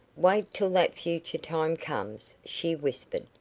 wait till that future time comes, she whispered.